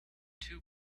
two